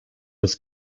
was